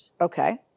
Okay